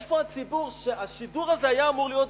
איפה הציבור שהשידור הזה היה אמור להיות בשבילו?